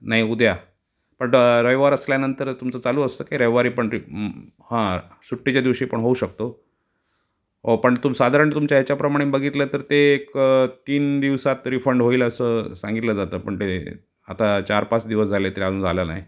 नाही उद्या पण द रविवार असल्यानंतर तुमचं चालू असतं की रविवारी पण री हा सुट्टीच्या दिवशी पण होऊ शकतो हो पण तुम साधारण तुमच्या ह्याच्याप्रमाणे बघितलं तर ते एक तीन दिवसात रिफंड होईल असं सांगितलं जातं पण ते आता चार पाच दिवस झाले तरी अजून आला नाही